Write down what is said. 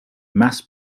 mass